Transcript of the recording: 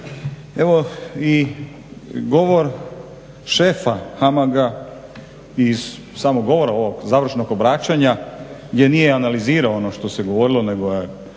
Evo i govor šefa HAMAG-a iz samog govora ovog završnog obraćanja gdje nije analizirao ono što se govorilo nego je